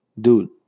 dude